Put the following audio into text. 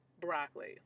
broccoli